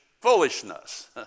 foolishness